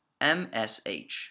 MSH